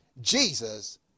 Jesus